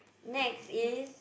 next is